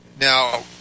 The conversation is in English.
Now